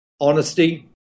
Honesty